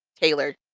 Taylor